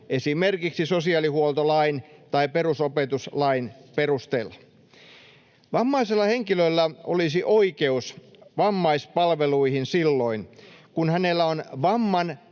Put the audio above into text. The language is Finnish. esimerkiksi sosiaalihuoltolain tai perusopetuslain, perusteella. Vammaisella henkilöllä olisi oikeus vammaispalveluihin silloin, kun hänellä on vamman